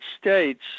States